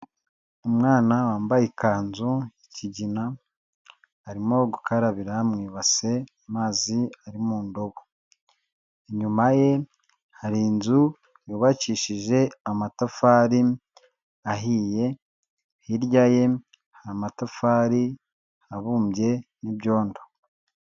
Umwana wambaye ikanzu y'ikigina arimo gukarabira mu ibase amazi ari mu ndobo, inyuma ye hari inzu yubakishije amatafari ahiye, hirya ye hari amatafari abumbye n'ibyondo.